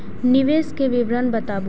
निवेश के विवरण बताबू?